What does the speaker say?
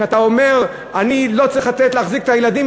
כשאתה אומר: אני לא צריך להחזיק את הילדים,